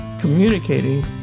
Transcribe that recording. communicating